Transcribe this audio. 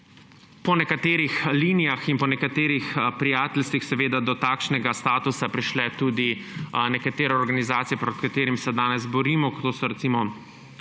po nekaterih linijah in po nekaterih prijateljstvih do takšnega statusa prišle tudi nekatere organizacije, proti katerim se danes borimo, to so recimo